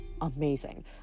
amazing